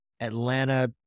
Atlanta